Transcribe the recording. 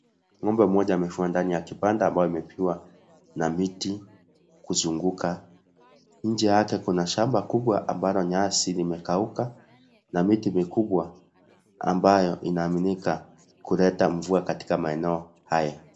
Ng'ombe mmoja amefungwa ndani ya kibanda ambayo imepigwa na miti kuzunguka, nje yake kuna shamba kubwa ambalo nyasi imekauka na miti mikubwa ambayo inaaminika kuleta mvua katika maeneo haya.